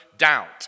doubt